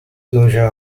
closure